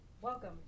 Welcome